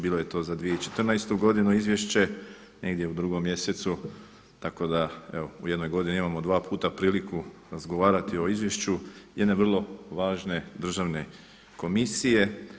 Bilo je to za 2014. godinu izvješće negdje u drugom mjesecu, tako da evo u jednoj godini imamo dva puta priliku razgovarati o izvješću jedne vrlo važne državne komisije.